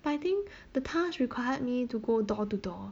but I think the task required me to go door to door